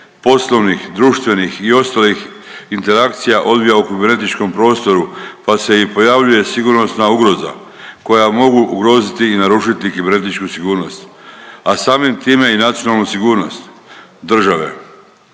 poslovnih, društvenih i ostalih interakcija odvija u kibernetičkom prostoru pa se i pojavljuje sigurnosna ugroza koja mogu ugroziti i narušiti kibernetičku sigurnosti, a samim time i nacionalnu sigurnost države.